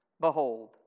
Behold